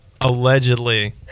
Allegedly